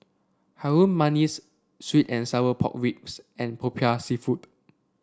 Harum Manis sweet and Sour Pork Ribs and Popiah seafood